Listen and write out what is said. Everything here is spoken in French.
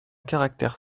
caractère